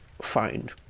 find